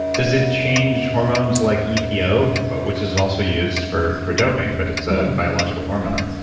does it change hormones like epo which is also used for for doping but it's a biological hormone?